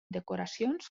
decoracions